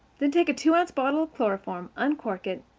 then take a two-ounce bottle of chloroform, uncork it,